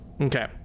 Okay